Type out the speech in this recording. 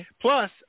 Plus